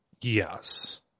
Yes